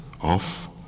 off